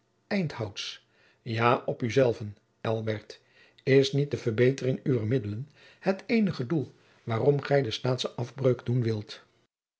ja op u zelven elbert is niet de verbetering uwer middelen het eenige doel waarom gij den staatschen afbreuk doen wilt